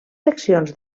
seccions